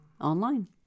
Online